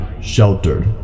sheltered